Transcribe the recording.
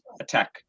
attack